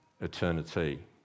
eternity